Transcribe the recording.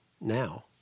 now